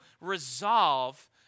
resolve